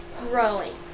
growing